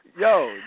Yo